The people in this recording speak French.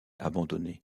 abandonnés